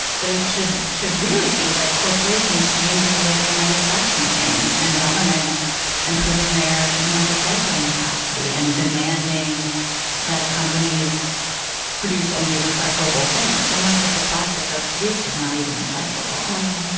but it should should really be like corporations changing the way they are manufacturing things and governments improving their you know recycling capacity and demanding that companies produce only recyclable things. so much of the plastic that's produced is not even recyclable. oh, i didn't know